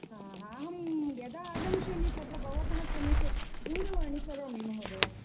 हा अहं यदा आगमिश्यामि तदा भवतः समीपे दूरवाणी करोमि महोदय